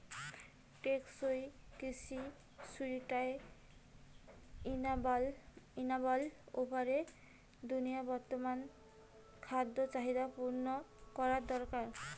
টেকসই কৃষি সুস্টাইনাবল উপায়ে দুনিয়ার বর্তমান খাদ্য চাহিদা পূরণ করা দরকার